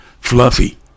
Fluffy